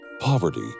Poverty